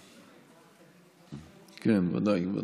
כן, ודאי.